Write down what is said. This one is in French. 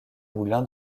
moulin